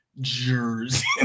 Jersey